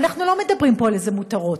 ואנחנו לא מדברים פה על מותרות,